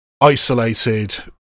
isolated